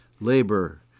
labor